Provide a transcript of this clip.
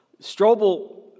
Strobel